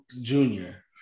junior